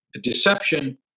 deception